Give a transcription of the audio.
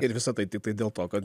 ir visa tai tiktai dėl to kad